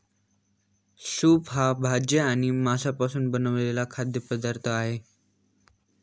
soup हा भाज्या आणि मांसापासून बनवलेला खाद्य पदार्थ आहे